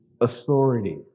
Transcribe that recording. authority